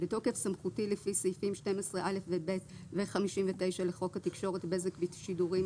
בתוקף סמכותי לפי סעיפים 12(א) ו-(ב) ו-59 לחוק התקשורת (בזק ושידורים),